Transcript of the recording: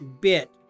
bit